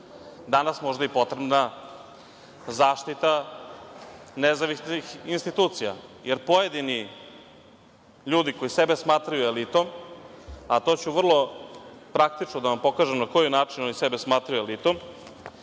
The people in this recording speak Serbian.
danas možda i potrebna zaštita nezavisnih institucija, jer pojedini ljudi koji sebe smatraju elitom, a to ću vrlo praktično da vam pokažem na koji način oni sebe smatraju elitom,